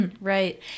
Right